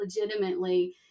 legitimately